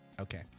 okay